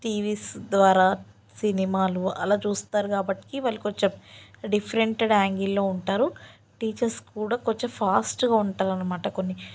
TVs ద్వారా సినిమాలో అలా చూస్తారు కాబట్టి వ్యయాలు కొంచం డిఫరెంట్ యాంగిల్లో ఉంటారు టీచర్స్ కూడా కొంచెం ఫాస్ట్గా ఉంటారు అన్నమాట కొన్ని